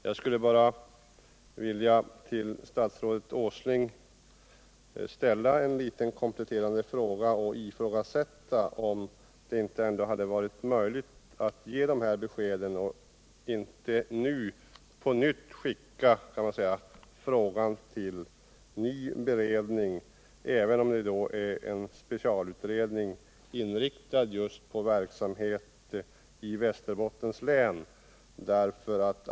Jag skulle bara till statsrådet Åsling vilja ställa en liten kompletterande fråga: Hade det ändå inte varit möjligt att ge ett sådant besked i stället för att nu skicka frågan till ny beredning, även om det nu är fråga om en specialutredning, inriktad just på verksamhet i Västerbottens län?